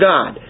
God